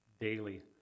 daily